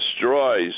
destroys